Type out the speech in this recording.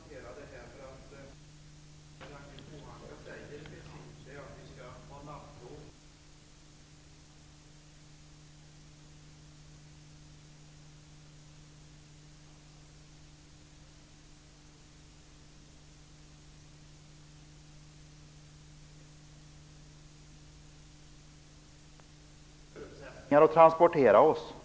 Fru talman! Jag skall något kommentera det som Ragnhild Pohanka säger. Vad hon säger är i princip att vi skall ha nattåg som går samma sträcka som de gjorde 1876, att tågen skall fortsätta att gå på samma väg, oavsett om vi ligger och sover på tåget på natten. Jag tycker att det finns bättre förutsättningar att transportera oss.